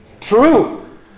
True